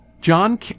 John